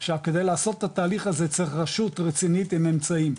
עכשיו כדי לעשות את התהליך הזה צריך רשות רצינית עם אמצעים,